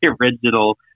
original